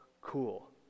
cool